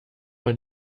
man